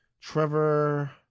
Trevor